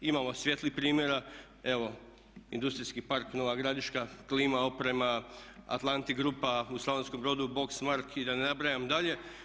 Imamo svijetli primjera evo industrijski park Nova Gradiška, klima oprema, Atlantic Grupa u Slavonskom Brodu, Boxmark i da ne nabrajam dalje.